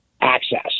access